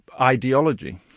ideology